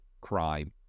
crime